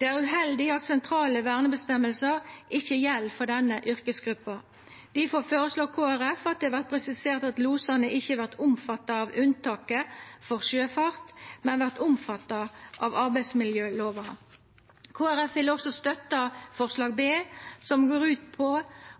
Det er uheldig at sentrale verneføresegner ikkje gjeld for denne yrkesgruppa. Difor føreslår Kristeleg Folkeparti at det vert presisert at losane ikkje vert omfatta av unntaket for sjøfart, men vert omfatta av arbeidsmiljølova. Kristeleg Folkeparti vil også støtta B, som går ut på